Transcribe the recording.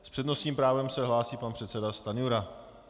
S přednostním právem se hlásí pan předseda Stanjura.